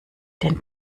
den